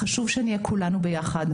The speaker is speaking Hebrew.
חשוב שנהיה כולנו ביחד,